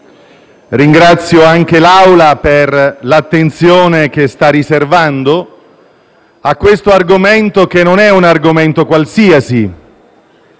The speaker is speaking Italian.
ringrazio lei e l'Assemblea per l'attenzione che viene riservata a questo argomento, che non è un argomento qualsiasi.